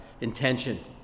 intention